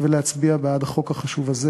ולהצביע בעד החוק החשוב הזה.